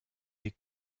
des